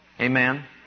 Amen